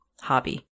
hobby